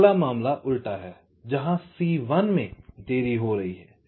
अगला मामला उल्टा है जहां C1 में देरी हो रही है